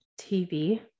tv